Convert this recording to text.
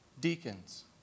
deacons